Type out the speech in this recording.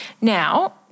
Now